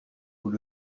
vous